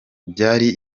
byari